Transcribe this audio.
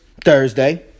Thursday